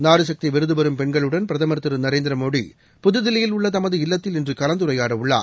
நாரிசக்தி விருது பெறும் பெண்களுடன் பிரதமர் திரு நரேந்திர மோடி புதுதில்லியில் உள்ள தமது இல்லத்தில் இன்று கலந்துரையாட உள்ளார்